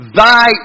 thy